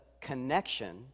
connection